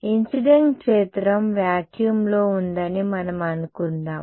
incident క్షేత్రం వాక్యూమ్లో ఉందని మనం అనుకుందాం